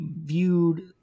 viewed